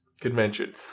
convention